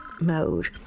mode